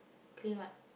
clean what